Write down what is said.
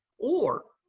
or,